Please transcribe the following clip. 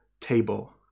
table